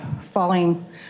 falling